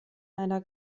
einer